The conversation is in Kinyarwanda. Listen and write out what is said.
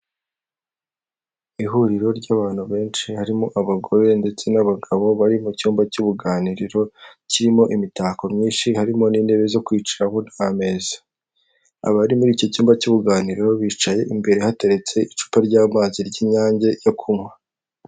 Ihuriro ry'abantu benshi, harimo abagore ndetse n'abagabo bari mu cyumba cy'uruganiriro kirimo imitako myinshi, harimo n'intebe zo kwicaraho n'ameza. Abari muri iki cyumba cy'uruganiriro bicaye imbere hateretse icupa ry'amazi ry'inyange yo kunywa.